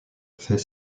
fait